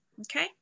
Okay